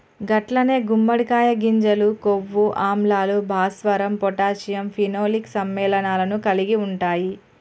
గట్లనే గుమ్మడికాయ గింజలు కొవ్వు ఆమ్లాలు, భాస్వరం పొటాషియం ఫినోలిక్ సమ్మెళనాలను కలిగి ఉంటాయి